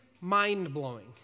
mind-blowing